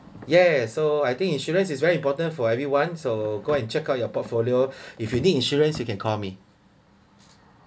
yeah so I think insurance is very important for everyone so go and check out your portfolio if you need insurance you can call me